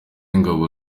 ingabo